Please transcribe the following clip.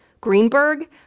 Greenberg